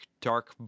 dark